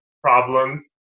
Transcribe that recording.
problems